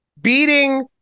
beating